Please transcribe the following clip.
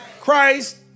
Christ